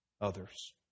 others